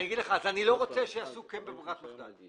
אני לא רוצה שיעשו כן בברירת מחדל.